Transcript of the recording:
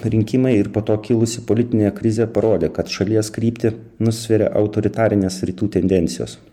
rinkimai ir po to kilusi politinė krizė parodė kad šalies kryptį nusveria autoritarinės rytų tendencijos